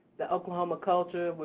the oklahoma culture,